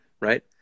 right